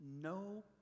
no